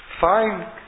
Fine